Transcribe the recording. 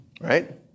right